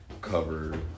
cover